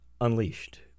unleashed